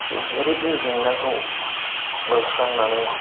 गोरिबनि जेंनाखौ बोस्रांंनानै